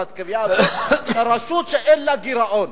את הקביעה הזאת: רשות שאין לה גירעון.